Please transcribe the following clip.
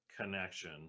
connection